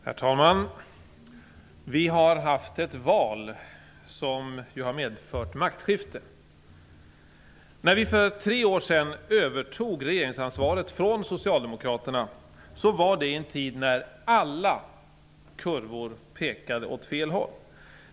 Herr talman! Vi har haft ett val som ju har medfört maktskifte. När vi för tre år sedan övertog regeringsansvaret från Socialdemokraterna var det i en tid när alla kurvor pekade åt fel håll.